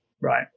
Right